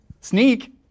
sneak